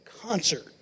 concert